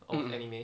mm mm